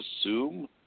assume